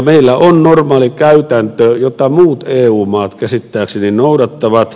meillä on normaali käytäntö jota muut eu maat käsittääkseni noudattavat